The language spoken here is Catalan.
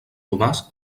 tomàs